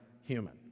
human